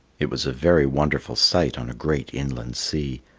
it was a very wonderful sight on a great inland sea.